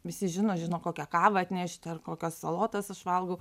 visi žino žino kokią kavą atnešti ar kokias salotas aš valgau